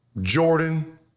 Jordan